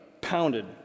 pounded